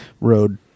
road